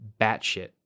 batshit